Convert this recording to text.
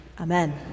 Amen